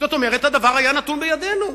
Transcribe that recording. זאת אומרת, הדבר היה נתון בידינו.